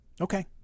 Okay